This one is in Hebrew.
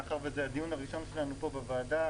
מאחר שזה הדיון הראשון שלנו פה בוועדה